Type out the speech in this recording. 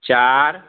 चार